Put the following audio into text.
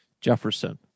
Jefferson